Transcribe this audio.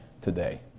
today